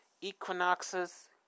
equinoxes